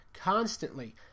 constantly